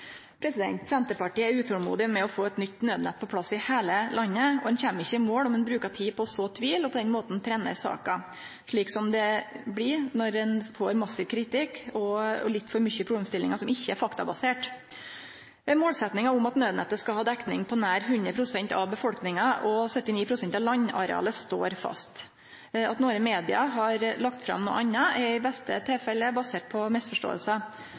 Senterpartiet er utolmodig med omsyn til å få eit nytt naudnett på plass i heile landet, og ein kjem ikkje i mål om ein brukar tid på å så tvil, og på den måten trenerer saka slik det blir når ein får massiv kritikk og litt for mange problemstillingar som ikkje er faktabaserte. Målsetjinga om at nødnettet skal ha dekning på nær 100 pst. av befolkninga og 79 pst. av landarealet står fast. At nokre i media har lagt fram noko anna, er i beste fall basert på